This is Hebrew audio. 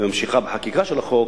וממשיכה בחקיקה של החוק,